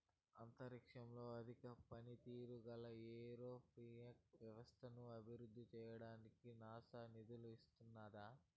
అంతరిక్షంలో అధిక పనితీరు గల ఏరోపోనిక్ వ్యవస్థను అభివృద్ధి చేయడానికి నాసా నిధులను ఇచ్చినాది